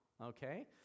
Okay